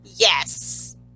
Yes